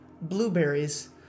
blueberries